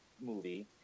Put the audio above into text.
movie